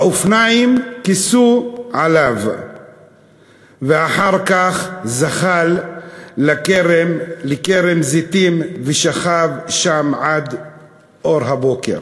האופניים כיסו עליו ואחר כך זחל לכרם זיתים ושכב שם עד אור הבוקר.